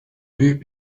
büyük